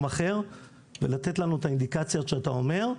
אחר ולתת לנו את האינדיקציות שאתה אומר.